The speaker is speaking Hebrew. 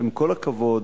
עם כל הכבוד,